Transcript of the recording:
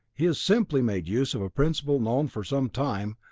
he has simply made use of a principle known for some time,